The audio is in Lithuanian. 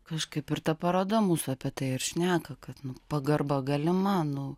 kažkaip ir ta paroda mūsų apie tai ir šneka kad pagarba galima nu